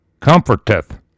comforteth